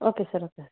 okay sir okay sir